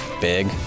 Big